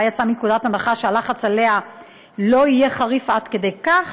אולי יצאה מנקודת הנחה שהלחץ עליה לא יהיה חריף עד כדי כך.